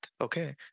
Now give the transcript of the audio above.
Okay